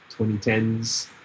2010s